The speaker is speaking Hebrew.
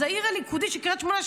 אז העיר הליכודית קריית שמונה,